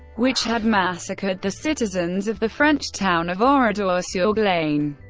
which had massacred the citizens of the french town of oradour-sur-glane.